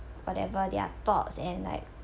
whatever their thoughts and like